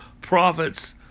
prophets